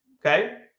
okay